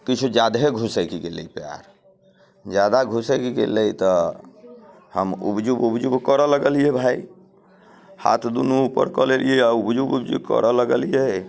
किछु ज्यादहे घुसकि गेलै पएर ज्यादा घुसकि गेलै तऽ हम उबजुब उबजुब करय लगलियै भाय हाथ दुनू ऊपर कऽ लेलियै आ उबजुब उबजुब करय लगलियै